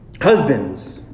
husbands